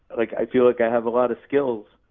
like, i feel like i have a lot of skills,